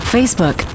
Facebook